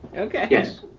okay. yes.